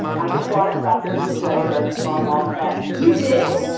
i just bought a classic blue blazer, so i'm all set you did?